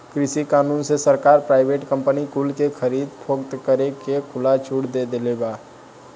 कृषि कानून से सरकार प्राइवेट कंपनी कुल के खरीद फोक्त करे के खुला छुट दे देले बा